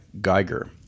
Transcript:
Geiger